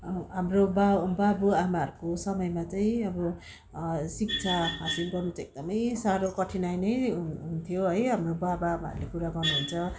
हाम्रो बाबु बाबुआमाहरूको समयमा चाहिँ अब शिक्षा हासिल गर्नु चाहिँ एकदमै साह्रो कठिनाई नै हुन् हुन्थ्यो है हाम्रो बा बाबाहरूले कुरा गर्नुहुन्छ